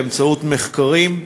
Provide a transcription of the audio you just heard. באמצעות מחקרים,